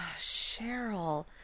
Cheryl